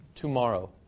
tomorrow